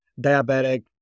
diabetic